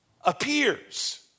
appears